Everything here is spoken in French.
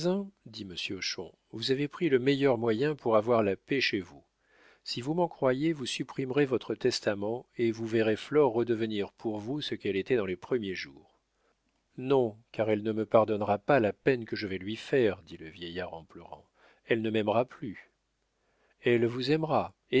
dit monsieur hochon vous avez pris le meilleur moyen pour avoir la paix chez vous si vous m'en croyez vous supprimerez votre testament et vous verrez flore redevenir pour vous ce qu'elle était dans les premiers jours non car elle ne me pardonnera pas la peine que je vais lui faire dit le vieillard en pleurant elle ne m'aimera plus elle vous aimera